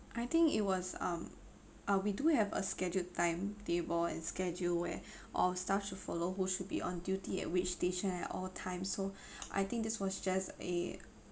I think it was um ah we do have a scheduled timetable and schedule where all staff should follow who should be on duty at which station at all times so I think this was just a